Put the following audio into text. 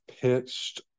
pitched